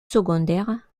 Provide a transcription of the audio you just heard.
secondaire